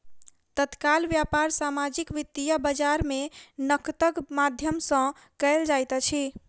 तत्काल व्यापार सामाजिक वित्तीय बजार में नकदक माध्यम सॅ कयल जाइत अछि